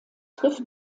trifft